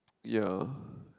ya